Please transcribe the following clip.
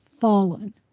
Fallen